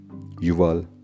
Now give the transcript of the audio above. Yuval